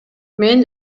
мен